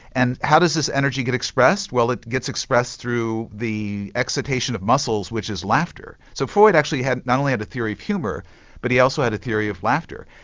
and how does this energy get expressed? well it gets expressed through the excitation of muscles, which is laughter. so freud actually not only had a theory of humour but he also had a theory of laughter.